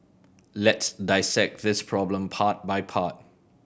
let's dissect this problem part by part